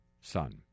son